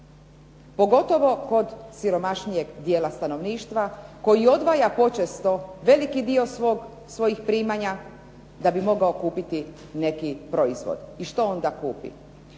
pogotovo kod siromašnijeg dijela stanovništva koji odvaja počesto veliki dio svog primanja da bi mogao kupiti neki proizvod. I što onda kupi?